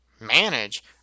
manage